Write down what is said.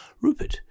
Rupert